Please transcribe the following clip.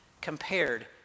compared